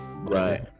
right